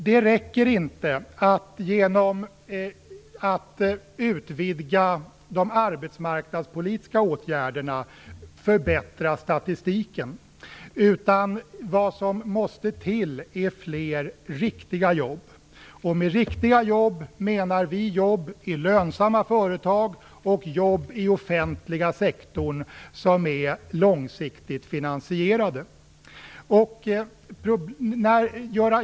Det räcker inte att genom att utvidga de arbetsmarknadspolitiska åtgärderna förbättra statistiken, utan vad som måste till är fler riktiga jobb. Med riktiga jobb menar vi jobb i lönsamma företag och jobb i den offentliga sektorn, vilka är långsiktigt finansierade.